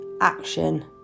action